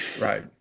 right